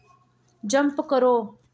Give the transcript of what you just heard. jump करो